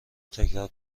تکرار